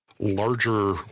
larger